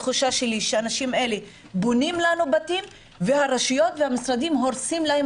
התחושה שלי שהאנשים האלה בונים לנו בתים והרשויות והמשרדים הורסים להם